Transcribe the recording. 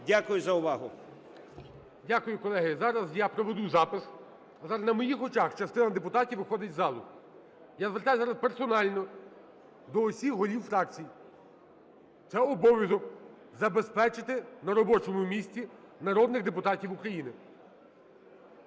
Дякую за увагу. ГОЛОВУЮЧИЙ. Дякую. Колеги, зараз я проведу запис. Зараз на моїх очах частина депутатів виходить з залу. Я звертаюсь зараз персонально до усіх голів фракцій – це обов'язок забезпечити на робочому місці народних депутатів України.